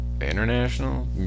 international